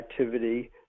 activity